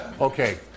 Okay